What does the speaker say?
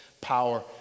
power